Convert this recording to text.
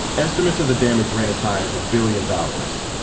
estimates of the damage ran as high as a billion dollars,